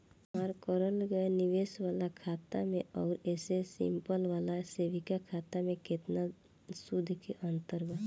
हमार करल गएल निवेश वाला खाता मे आउर ऐसे सिंपल वाला सेविंग खाता मे केतना सूद के अंतर बा?